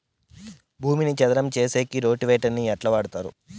భూమిని చదరం సేసేకి రోటివేటర్ ని ఎట్లా వాడుతారు?